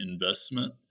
investment